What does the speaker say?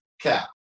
cap